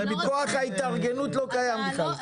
כוח ההתארגנות לא קיים בכלל.